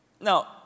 Now